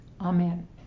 Amen